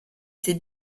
ses